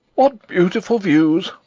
what beautiful views!